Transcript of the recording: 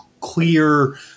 clear